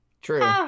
True